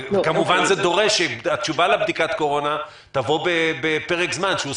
וכמובן זה דורש שהתשובה לבדיקה תבוא בפרק זמן שהוא סביר.